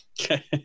Okay